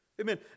Amen